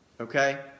Okay